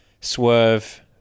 swerve